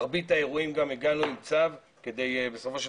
במרבית האירועים גם הגענו עם צו חתום על ידי שופט.